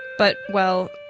but, well,